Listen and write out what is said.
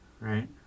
right